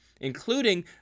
including